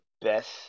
best